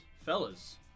fellas